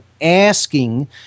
asking